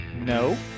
No